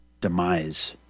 demise